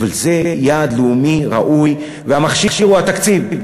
אבל זה יעד לאומי ראוי והמכשיר הוא התקציב.